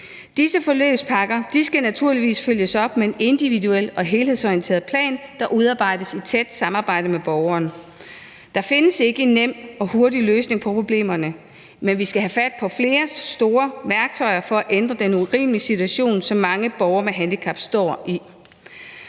Disse forløbspakker skal naturligvis følges op med en individuel og helhedsorienteret plan, der udarbejdes i tæt samarbejde med borgeren. Der findes ikke en nem og hurtig løsning på problemerne, men vi skal have fat på flere store værktøjer for at ændre den urimelige situation, som mange borgere med handicap står i.